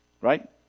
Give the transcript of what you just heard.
Right